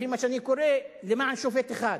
לפי מה שאני קורא, למען שופט אחד,